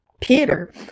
Peter